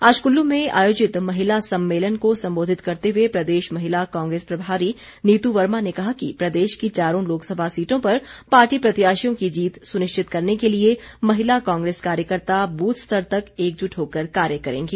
आज कुल्लू में आयोजित महिला सम्मेलन को सम्बोधित करते हुए प्रदेश महिला कांग्रेस प्रभारी नीतू वर्मा ने कहा कि प्रदेश की चारों लोकसभा सीटों पर पार्टी प्रत्याशियों की जीत सुनिश्चित करने के लिए महिला कांग्रेस कार्यकर्ता बूथ स्तर तक एकजुट होकर कार्य करेंगी